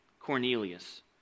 Cornelius